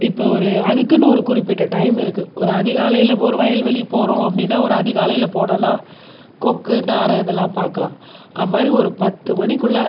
இப்போது ஒரு அதுக்குன்னு ஒரு குறிப்பிட்ட டைம் இருக்குது ஒரு அதிகாலையில் ஒரு வயல்வெளி போகிறோம் அப்படின்னா ஒரு அதிகாலையில் போனோம்னால் கொக்கு நாரை இதெல்லாம் பார்க்கலாம் அதுமாதிரி ஒரு பத்து மணிக்குள்ளே